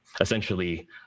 essentially